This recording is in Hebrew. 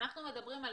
כשאנחנו מדברים על